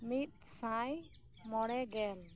ᱢᱤᱫ ᱥᱟᱭ ᱢᱚᱬᱮᱜᱮᱞ